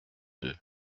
deux